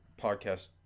podcast